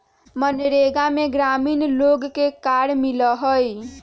मनरेगा में ग्रामीण लोग के कार्य मिला हई